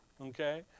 okay